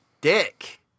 dick